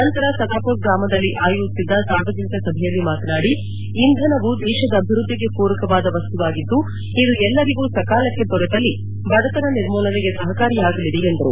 ನಂತರ ಸತಾಪುರ್ ಗ್ರಾಮದಲ್ಲಿ ಆಯೋಜಿಸಿದ್ದ ಸಾರ್ವಜನಿಕ ಸಭೆಯಲ್ಲಿ ಮಾತನಾಡಿ ಇಂಧನವು ದೇಶದ ಅಭಿವ್ಯದ್ಲಿಗೆ ಪೂರಕವಾದ ವಸ್ತುವಾಗಿದ್ಲು ಇದು ಎಲ್ಲರಿಗೂ ಸಕಾಲಕ್ಕೆ ದೊರೆತಲ್ಲಿ ಬಡತನ ನಿರ್ಮೂಲನೆಗೆ ಸಪಕಾರಿಯಾಗಲಿದೆ ಎಂದರು